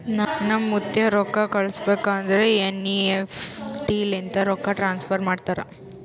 ನಮ್ ಮುತ್ತ್ಯಾ ರೊಕ್ಕಾ ಕಳುಸ್ಬೇಕ್ ಅಂದುರ್ ಎನ್.ಈ.ಎಫ್.ಟಿ ಲಿಂತೆ ರೊಕ್ಕಾ ಟ್ರಾನ್ಸಫರ್ ಮಾಡ್ತಾರ್